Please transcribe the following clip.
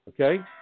okay